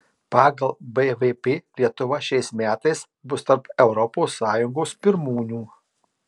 pagal bvp lietuva šiais metais bus tarp europos sąjungos pirmūnių